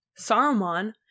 Saruman